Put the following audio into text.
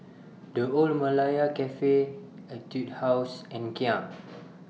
The Old Malaya Cafe Etude House and Kia